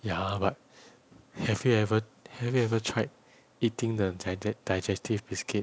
ya but have you ever have you ever tried eating the digest~ digestive biscuit